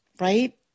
right